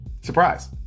Surprise